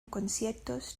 conciertos